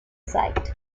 site